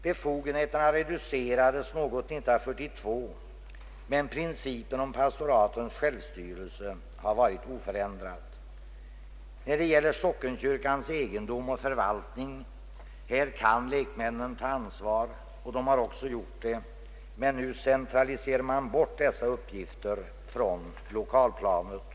Befogenheterna reducerades något 1942, men principen om pastoratens självstyrelse har varit oförändrad. När det gäller sockenkyrkans egendom och förvaltning kan lekmännen ta ansvar — och de har också gjort det. Nu centraliserar man bort dessa uppgifter från lokalplanet.